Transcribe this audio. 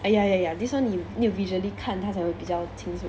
ah ya ya ya this one you need to visually 看他才会比较清楚